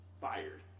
Fired